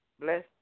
bless